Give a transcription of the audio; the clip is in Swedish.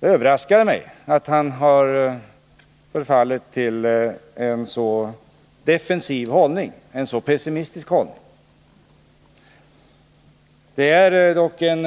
Det överraskade mig att han har förfallit till en så defensiv och pessimistisk hållning. Sverige är dock en